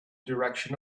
direction